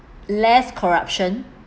less corruption